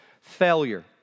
failure